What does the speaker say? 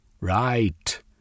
Right